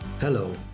Hello